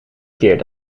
keer